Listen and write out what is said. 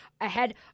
ahead